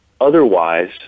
Otherwise